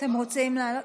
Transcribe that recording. אתם רוצים, מה,